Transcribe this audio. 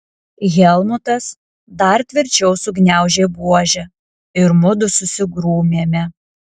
helmutas dar tvirčiau sugniaužė buožę ir mudu susigrūmėme